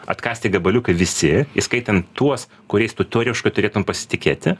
atkąsti gabaliuką visi įskaitant tuos kuriais tu toriškai turėtumei pasitikėti